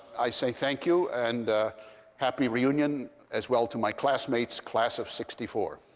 i say thank you. and happy reunion as well to my classmates, class of sixty four.